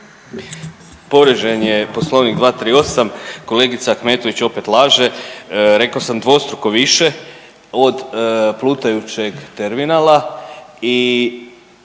Povrijeđen je poslovnik 238. kolegica Ahmetović opet laže. Rekao sam dvostruko više od plutajućeg terminala i